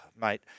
mate